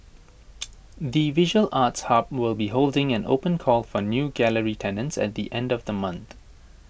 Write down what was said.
the visual arts hub will be holding an open call for new gallery tenants at the end of the month